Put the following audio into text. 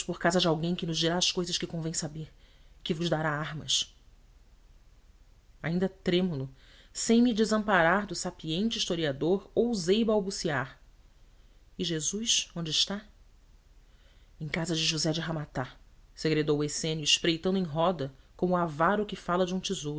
casa de alguém que nos dirá as cousas que convém saber e que vos dará armas ainda trêmulo sem me desamparar do sapiente historiador ousei balbuciar e jesus onde está em casa de josé de ramata segredou o essênio espreitando em roda como o avaro que fala de um